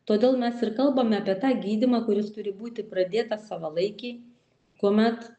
todėl mes ir kalbame apie tą gydymą kuris turi būti pradėtas savalaikiai kuomet